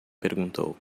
perguntou